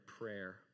prayer